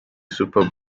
super